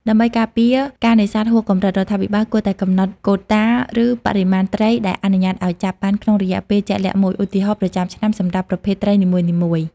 ដើម្បីការពារការនេសាទហួសកម្រិត រដ្ឋាភិបាលគួរតែកំណត់កូតា ឬបរិមាណត្រីដែលអនុញ្ញាតឲ្យចាប់បានក្នុងរយៈពេលជាក់លាក់មួយ ឧទាហរណ៍ ប្រចាំឆ្នាំ សម្រាប់ប្រភេទត្រីនីមួយៗ។